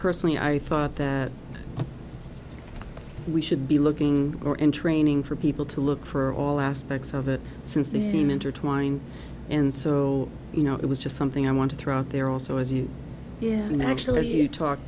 personally i thought that we should be looking more in training for people to look for all aspects of it since they seem intertwined in so you know it was just something i want to throw out there also as you can actually